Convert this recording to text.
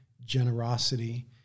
generosity